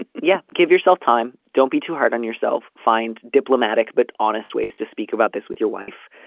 and yeah. give yourself time. don't be too hard on yourself. find diplomatic but honest ways to speak about this with your wife.